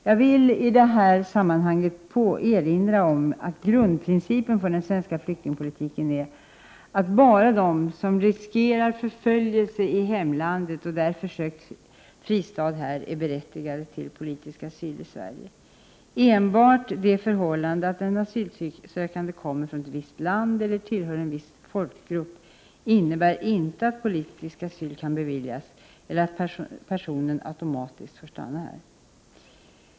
Jag vill i detta sammanhang erinra om att grundprincipen för den svenska flyktingpolitiken är att endast de som riskerar förföljelse i hemlandet och därför sökt fristad här är berättigade till politisk asyl i Sverige. Enbart det förhållandet att den asylsökande kommer från ett visst land eller tillhör en viss folkgrupp innebär inte att politisk asyl kan beviljas eller att personen automatiskt får stanna här.